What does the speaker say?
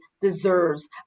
deserves